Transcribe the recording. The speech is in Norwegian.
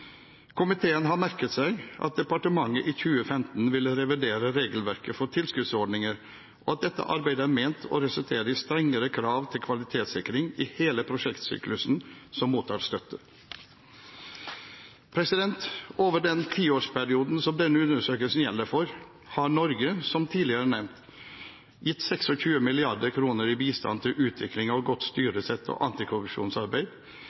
Komiteen har merket seg at departementet i 2015 ville revidere regelverket for tilskuddsordninger, og at dette arbeidet er ment å resultere i strengere krav til kvalitetssikring i hele prosjektsyklusen som mottar støtte. Over den tiårsperioden som denne undersøkelsen gjelder for, har Norge, som tidligere nevnt, gitt 26 mrd. kr i bistand til utvikling av godt